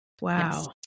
Wow